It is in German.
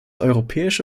europäische